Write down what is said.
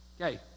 Okay